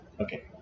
Okay